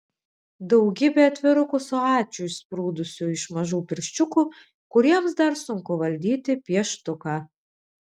daugybė atvirukų su ačiū išsprūdusiu iš mažų pirščiukų kuriems dar sunku valdyti pieštuką